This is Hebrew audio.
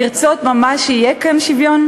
לרצות ממש שיהיה כאן שוויון,